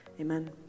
Amen